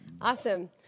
Awesome